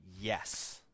yes